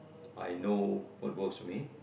I know what works for me